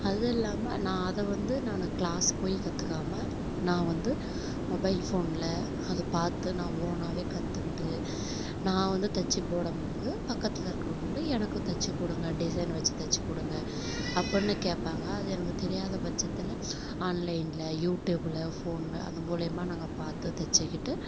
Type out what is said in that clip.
அது இல்லாமல் நான் அதை வந்து நான் கிளாஸ் போய் கற்றுக்காம நான் வந்து மொபைல் ஃபோனில் அது பார்த்து நான் ஓனாகவே கற்றுக்குட்டு நான் வந்து தைச்சி போடும் போது பக்கத்தில் இருக்கிறவுங்களும் எனக்கு தைச்சி கொடுங்க டிசைன் வச்சு தைச்சு கொடுங்க அப்படின்னு கேட்பாங்க அது எனக்கு தெரியாத பட்சத்தில் ஆன்லைனில் யூடியூப்பில் ஃபோனில் அது மூலயமா நாங்கள் பார்த்து தைச்சிக்கிட்டு